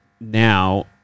now